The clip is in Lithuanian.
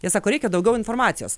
jie sako reikia daugiau informacijos